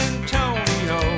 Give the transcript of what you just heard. Antonio